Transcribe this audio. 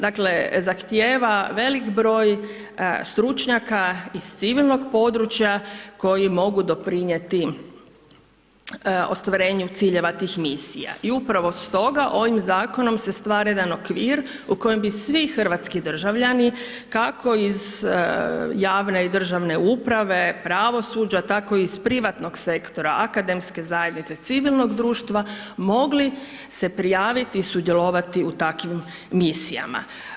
Dakle, zahtijeva velik broj stručnjaka iz civilnog područja koji mogu doprinijeti ostvarenju ciljeva tih misija i upravo stoga, ovim Zakonom se stvara jedan okvir u kojem bi svi hrvatski državljani, kako iz javne i državne uprave, pravosuđa, tako i iz privatnog sektora, Akademske zajednice, civilnog društva, mogli se prijaviti i sudjelovati u takvim misijama.